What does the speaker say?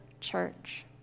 church